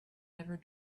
never